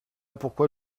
pourquoi